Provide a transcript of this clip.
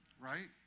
right